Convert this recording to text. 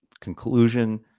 conclusion